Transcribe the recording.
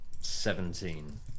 Seventeen